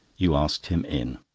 you asked him in.